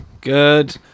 Good